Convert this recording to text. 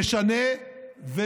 אנחנו נשנה ונתקן,